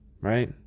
right